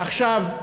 עכשיו,